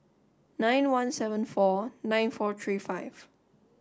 nine one seven our nine four three five